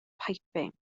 piping